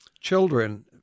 Children